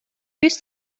биз